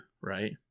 right